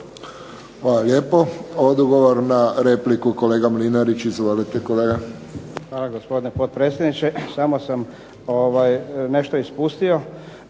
Hvala lijepo. Odgovor na repliku, kolega Mlinarić. Izvolite kolega. **Mlinarić, Petar (HDZ)** Hvala gospodine potpredsjedniče. Samo sam nešto ispustio